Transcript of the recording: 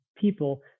people